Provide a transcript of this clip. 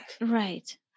Right